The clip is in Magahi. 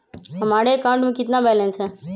हमारे अकाउंट में कितना बैलेंस है?